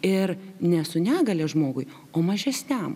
ir ne su negalia žmogui o mažesniam